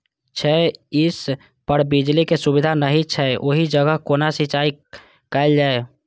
छै इस पर बिजली के सुविधा नहिं छै ओहि जगह केना सिंचाई कायल जाय?